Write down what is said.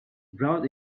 brought